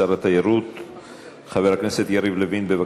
שר התיירות חבר הכנסת יריב לוין.